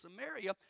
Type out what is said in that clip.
Samaria